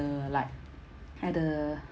like at the